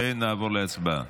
ונעבור להצבעה.